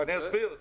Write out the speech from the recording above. אני אסביר.